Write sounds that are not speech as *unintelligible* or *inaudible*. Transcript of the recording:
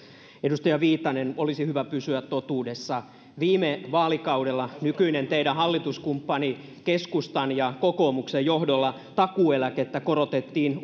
edustaja viitanen olisi hyvä pysyä totuudessa viime vaalikaudella teidän nykyisen hallituskumppaninne keskustan ja kokoomuksen johdolla takuueläkettä korotettiin *unintelligible*